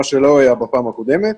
מה שלא היה בפעם הקודמת.